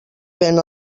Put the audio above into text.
ven